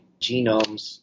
genomes